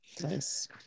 nice